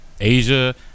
asia